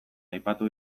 aipatu